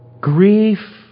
grief